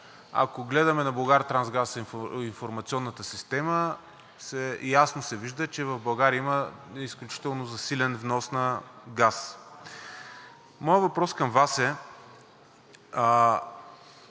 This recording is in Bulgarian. ако гледаме на „Булгартрансгаз“ информационната система, ясно се вижда, че в България има изключително засилен внос на газ. Моят въпрос към Вас е